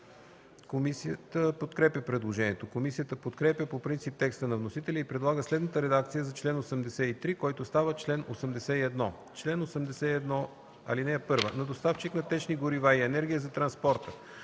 Комисията подкрепя предложението. Комисията подкрепя по принцип текста на вносителя и предлага следната редакция за чл. 83, който става чл. 81: „Чл. 81. (1) На доставчик на течни горива и енергия за транспорта,